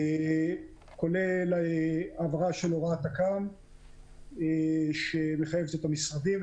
כולל העברה של הוראת תכ"ם שמחייבת את המשרדים,